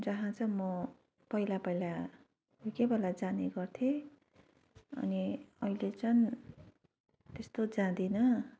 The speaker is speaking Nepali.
जहाँ चाहिँ म पहिला पहिला कोही कोही बेला जाने गर्थेँ अनि अहिले चाहिँ त्यस्तो जाँदिनँ